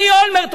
ראש הממשלה,